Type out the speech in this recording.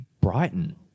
Brighton